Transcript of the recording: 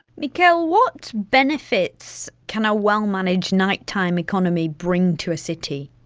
michele, what benefits can a well-managed night-time economy bring to a city?